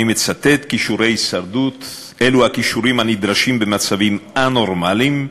אני מצטט: כישורי הישרדות אלו הכישורים הנדרשים במצבים א-נורמליים,